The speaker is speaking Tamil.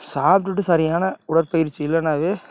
சாப்பிட்டுட்டு சரியான உடற்பயிற்சி இல்லைன்னாவே